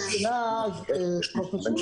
מרוכזות בחודשי